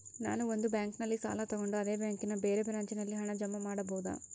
ನಾನು ಒಂದು ಬ್ಯಾಂಕಿನಲ್ಲಿ ಸಾಲ ತಗೊಂಡು ಅದೇ ಬ್ಯಾಂಕಿನ ಬೇರೆ ಬ್ರಾಂಚಿನಲ್ಲಿ ಹಣ ಜಮಾ ಮಾಡಬೋದ?